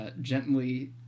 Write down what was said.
gently